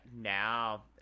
now